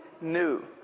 new